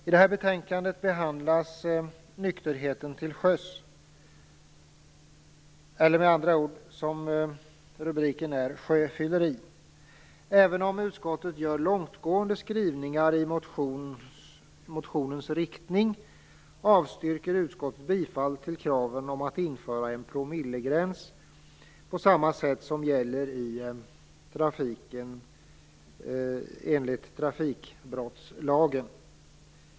I betänkandet behandlas nykterheten till sjöss, eller som rubriken lyder: sjöfylleri. Även om utskottet gör långtgående skrivningar i motionens riktning, avstyrker utskottet kraven på att man skall införa en promillegräns på samma sätt som gäller i trafiken enligt trafikbrottslagen.